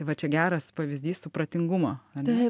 tai va čia geras pavyzdys supratingumo a ne